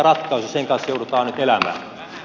sen kanssa joudutaan nyt elämään